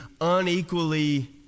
unequally